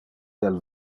del